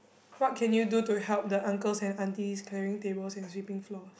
what can you do to help the uncles and aunties carrying tables and sweeping floors